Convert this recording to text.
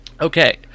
Okay